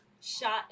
shot